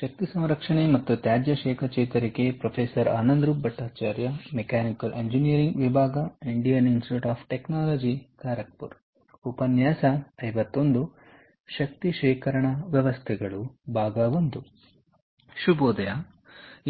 ಶುಭೋದಯ ಮತ್ತು